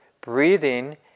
breathing